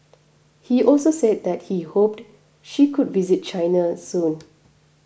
he also said that he hoped she could visit China soon